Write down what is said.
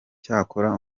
cyakora